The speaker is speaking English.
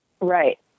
Right